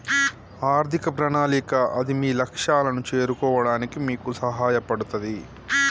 ఆర్థిక ప్రణాళిక అది మీ లక్ష్యాలను చేరుకోవడానికి మీకు సహాయపడతది